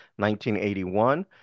1981